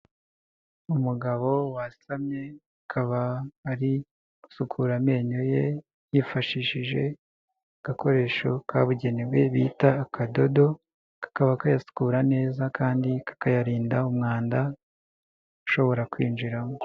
Umugabo wasamye, akaba ari gusukura amenyo ye yifashishije agakoresho kabugenewe bita akadodo, kakaba kayasukura neza kandi kakayarinda umwanda ushobora kwinjiramo.